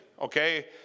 okay